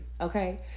okay